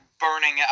burning